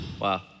Wow